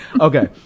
Okay